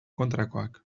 kontrakoak